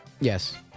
Yes